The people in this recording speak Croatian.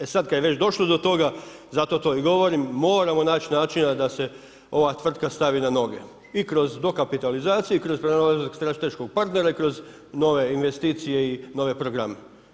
E sad kad je već došlo do toga zato to i govorim moramo naći načina da se ova tvrtka stavi na noge i kroz dokapitalizaciju i kroz pronalazak strateškog partnera i kroz nove investicije i nove programe.